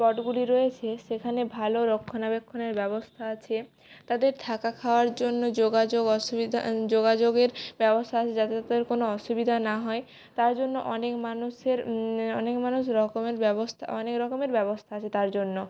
স্পটগুলি রয়েছে সেখানে ভালো রক্ষণাবেক্ষণের ব্যবস্থা আছে তাদের থাকা খাওয়ার জন্য যোগাযোগ অসুবিধা যোগাযোগের ব্যবস্থা আছে যাতে তাদের কোনো অসুবিধা না হয় তার জন্য অনেক মানুষের অনেক মানুষ রকমের ব্যবস্থা অনেক রকমের ব্যবস্থা আছে তার জন্য